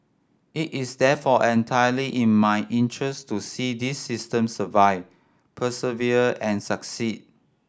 it is therefore entirely in my interest to see this system survive persevere and succeed